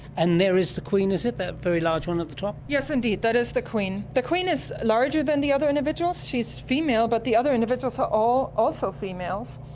and there is the queen, is it, that very large one at the top? yes, indeed, that is the queen. the queen is larger than the other individuals. she's female but the other individuals are all also females,